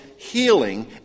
healing